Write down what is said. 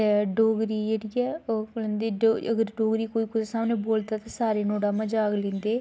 ते डोगरी जेह्ड़ी ऐ अगर डोगरी कोई कुसै सामनै बोलदा ते सारे ओह्दा मज़ाक लैंदे